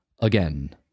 again